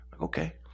okay